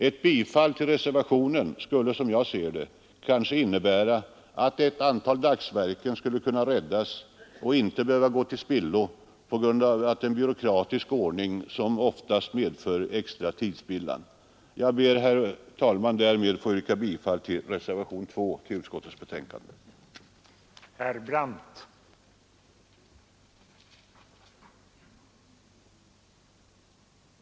Ett bifall till reservationen 2 skulle, som jag ser det, kanske innebära att ett antal dagsverken kunde räddas och inte behöva gå till spillo på grund av att en byråkratisk ordning, som oftast, medför tidsspillan. Jag ber, herr talman, att med det senast anförda få yrka bifall även till